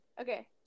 Okay